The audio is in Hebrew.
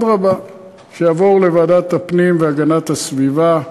אדרבה, שיבואו לוועדת הפנים והגנת הסביבה.